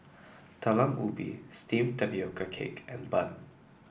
Talam Ubi steamed Tapioca Cake and Bun